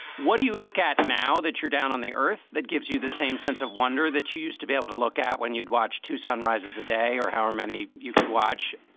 what do you look at now that you're down on the earth that gives you the same sense of wonder that you used to be able to look at when you'd watch two sunrises a day or how many you could watch